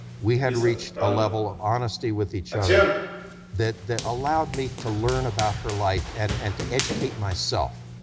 we had reached a level of honesty with each other that that allowed me to learn about her life and and to educate myself